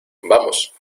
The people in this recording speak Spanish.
vamos